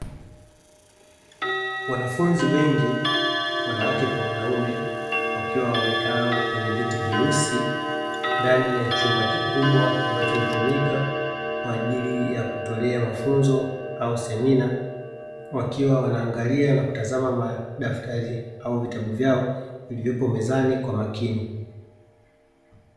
Wanafunzi wengi (wanawake kwa wanaume) wakiwa wamekaa kwenye viti vyeusi ndani ya chumba kikubwa ambacho hutumika kwa ajili ya kutolea mafunzo au semina, wakiwa wanaangalia na kutazama madaftari au vitabu vyao vilivyopo mezani kwa makini.